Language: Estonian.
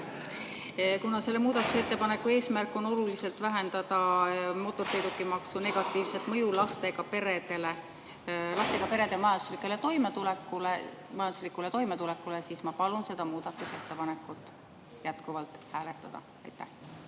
Kuna selle muudatusettepaneku eesmärk on oluliselt vähendada mootorsõidukimaksu negatiivset mõju lastega perede majanduslikule toimetulekule, siis ma palun seda muudatusettepanekut hääletada. Aitäh!